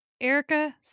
Erica